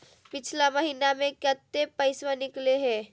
पिछला महिना मे कते पैसबा निकले हैं?